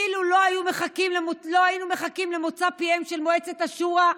אילו לא היינו מחכים למוצא פיהם של מועצת השורא,